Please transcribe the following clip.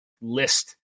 list